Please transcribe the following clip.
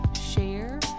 share